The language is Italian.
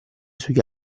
sugli